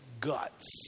guts